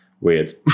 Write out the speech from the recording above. weird